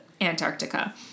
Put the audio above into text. Antarctica